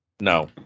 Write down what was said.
no